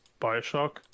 Bioshock